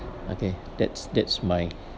okay that's that's my